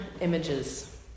images